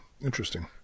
interesting